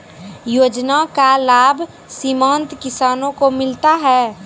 योजना का लाभ सीमांत किसानों को मिलता हैं?